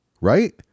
right